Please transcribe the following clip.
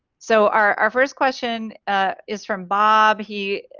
so our our first question ah is from bob, he